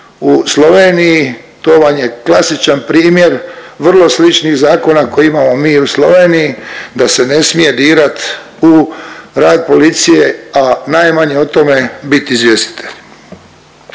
u Sloveniji, to vam je klasičan primjer vrlo sličnih zakona koji imamo mi i u Sloveniji da se ne smije dirat u rat policije, a najmanje o tome biti izvjestitelj.